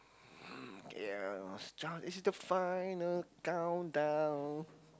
okay ya John is the final countdown